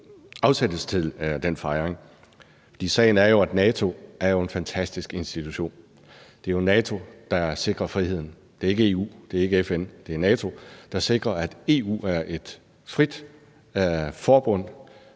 afsættes til den fejring. Sagen er jo, at NATO er en fantastisk institution. Det er jo NATO, der sikrer friheden. Det er ikke EU, det er ikke FN, det er NATO, der sikrer, at EU er et frit forbund